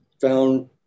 found